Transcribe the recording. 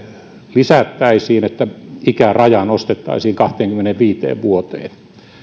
lisättäisiin niin että ikärajaa nostettaisiin kahteenkymmeneenviiteen vuoteen